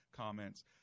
comments